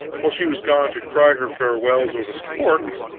while she was gone to cry her farewells over the pork,